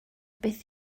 beth